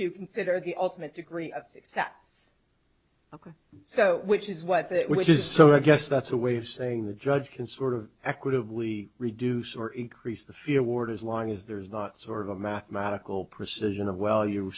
to consider the ultimate degree of success so which is what that which is so i guess that's a way of saying the judge can sort of equitably reduce or increase the fear ward as long as there's not sort of a mathematical precision of well you